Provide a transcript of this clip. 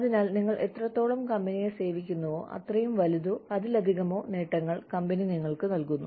അതിനാൽ നിങ്ങൾ എത്രത്തോളം കമ്പനിയെ സേവിക്കുന്നുവോ അത്രയും വലുതോ അതിലധികമോ നേട്ടങ്ങൾ കമ്പനി നിങ്ങൾക്ക് നൽകുന്നു